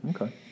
Okay